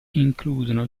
includono